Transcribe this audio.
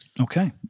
Okay